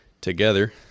together